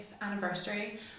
anniversary